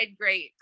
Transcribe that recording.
great